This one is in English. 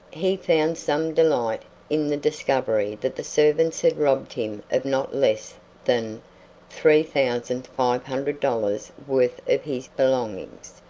he found some delight in the discovery that the servants had robbed him of not less than three thousand five hundred dollars worth of his belongings,